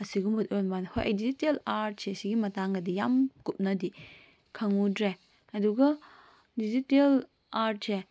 ꯁꯤꯒꯨꯝꯕꯁ ꯑꯣꯏꯔ ꯃꯥꯟꯂꯦ ꯍꯣꯏ ꯑꯩ ꯗꯤꯖꯤꯇꯦꯜ ꯑꯥꯔꯠꯁꯦ ꯁꯤꯒꯤ ꯃꯇꯥꯡꯗꯗꯤ ꯌꯥꯝ ꯀꯨꯞꯅꯗꯤ ꯈꯪꯉꯨꯗ꯭ꯔꯦ ꯑꯗꯨꯒ ꯗꯤꯖꯤꯇꯦꯜ ꯑꯥꯔꯠꯁꯦ